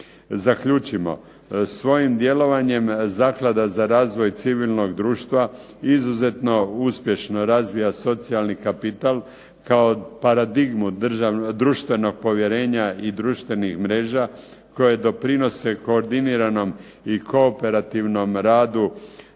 Zaključimo, svojim djelovanjem Zaklada za razvoj civilnog društva izuzetno uspješno razvija socijalni kapital kao paradigmu društvenog povjerenja i društvenih mreža koje doprinose koordiniranom i kooperativnom radu